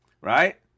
Right